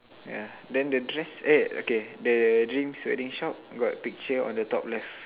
yeah then the dress eh okay the dreams wedding shop got picture on the top left